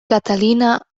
catalina